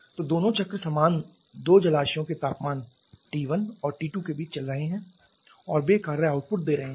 तो दोनों चक्र समान 2 जलाशयों के तापमान T1 और T2 के बीच चल रहे हैं और वे कार्य आउटपुट दे रहे हैं